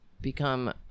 become